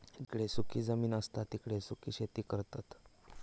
जिकडे सुखी जमीन असता तिकडे सुखी शेती करतत